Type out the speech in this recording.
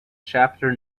chapter